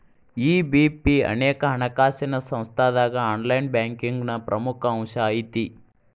EBP ಅನೇಕ ಹಣಕಾಸಿನ್ ಸಂಸ್ಥಾದಾಗ ಆನ್ಲೈನ್ ಬ್ಯಾಂಕಿಂಗ್ನ ಪ್ರಮುಖ ಅಂಶಾಐತಿ